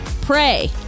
pray